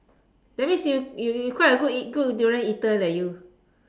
that means you you you quite a good good durian eater you